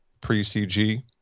pre-CG